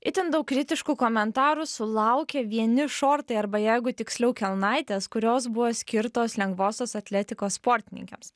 itin daug kritiškų komentarų sulaukė vieni šortai arba jeigu tiksliau kelnaitės kurios buvo skirtos lengvosios atletikos sportininkėms